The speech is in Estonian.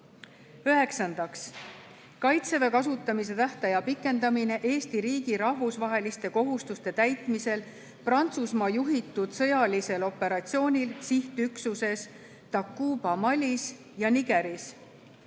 Üheksandaks, "Kaitseväe kasutamise tähtaja pikendamine Eesti riigi rahvusvaheliste kohustuste täitmisel Prantsusmaa juhitud sõjalisel operatsioonil sihtüksuses Takuba Malis ja Nigeris".